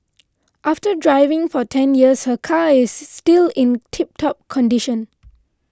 after driving for ten years her car is still in tip top condition